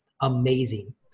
Amazing